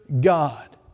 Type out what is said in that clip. God